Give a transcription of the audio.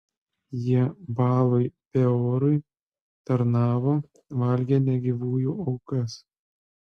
jie baalui peorui tarnavo valgė negyvųjų aukas